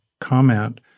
comment